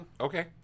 Okay